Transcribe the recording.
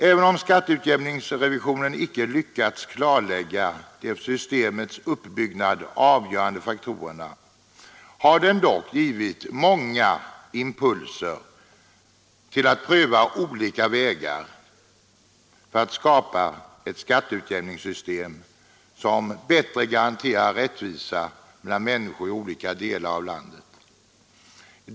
Även om skatteutjämningsrevisionen inte lyckats klarlägga de för systemets uppbyggnad avgörande faktorerna har den dock gett många impulser till att pröva olika vägar för att skapa ett skatteutjämningssystem som bättre garanterar rättvisa mellan människor i olika delar av landet.